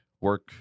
work